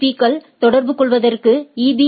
பீ கள் தொடர்புகொள்வதற்கு ஈபி